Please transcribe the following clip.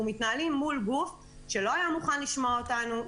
אנחנו מתנהלים מול גוף שלא היה מוכן לשמוע אותנו,